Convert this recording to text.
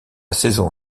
saison